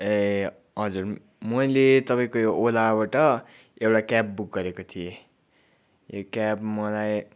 ए हजुर मैले तपाईँको यो ओलाबाट एउटा क्याब बुक गरेको थिएँ ए क्याब मलाई